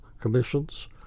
commissions